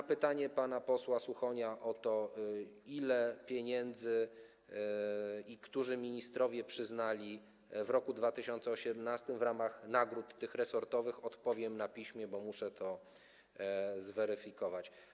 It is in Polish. Na pytanie pana posła Suchonia o to, ile pieniędzy i którzy ministrowie przyznali w roku 2018 w ramach nagród resortowych, odpowiem na piśmie, bo muszę to zweryfikować.